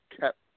kept